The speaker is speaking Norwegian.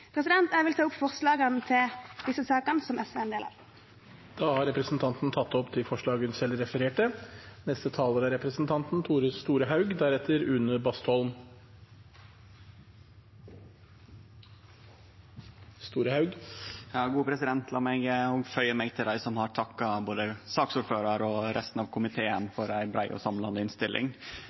Jeg vil ta opp de forslagene som SV er en del av som ikke er tatt opp tidligere. Da har representanten Solveig Skaugvoll Foss tatt opp de forslagene hun refererte til. Lat meg òg føye meg til dei som har takka både saksordføraren og resten av komiteen for ei brei og samlande innstilling.